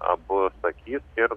abu sakys ir